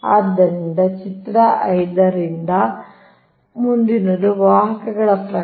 ಆದ್ದರಿಂದ ಚಿತ್ರ 5 ಆದ್ದರಿಂದ ಮುಂದಿನದು ವಾಹಕಗಳ ಪ್ರಕಾರ